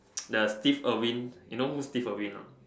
the thief will win you know who the thief will win not